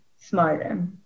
smarter